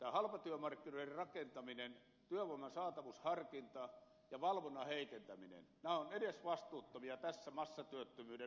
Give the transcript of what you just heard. tämä halpatyömarkkinoiden rakentaminen työvoiman saatavuusharkinta ja valvonnan heikentäminen ovat edesvastuuttomia tässä massatyöttömyyden nuorisotyöttömyyden tilanteessa